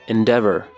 Endeavor